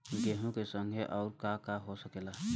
गेहूँ के संगे अउर का का हो सकेला?